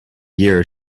year